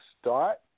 start